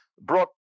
brought